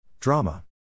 Drama